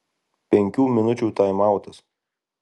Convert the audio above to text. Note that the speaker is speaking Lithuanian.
penkių minučių taimautas